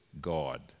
God